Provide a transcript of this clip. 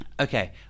Okay